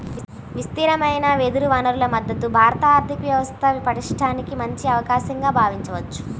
విస్తారమైన వెదురు వనరుల మద్ధతు భారత ఆర్థిక వ్యవస్థ పటిష్టానికి మంచి అవకాశంగా భావించవచ్చు